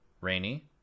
rainy